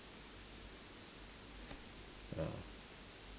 ah